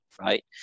right